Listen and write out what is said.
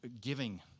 giving